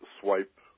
swipe